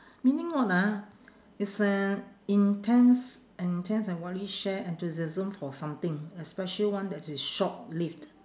meaning what ah it's uh intense intense and wildly shared enthusiasm for something especially one that is short-lived